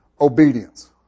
obedience